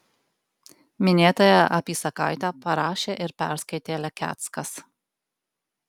minėtąją apysakaitę parašė ir perskaitė lekeckas